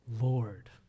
Lord